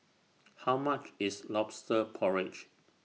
How much IS Lobster Porridge